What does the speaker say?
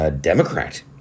Democrat